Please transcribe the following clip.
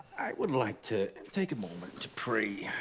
i would like to take a moment to pray